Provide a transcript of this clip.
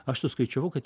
aš suskaičiavau kad